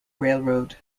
railroad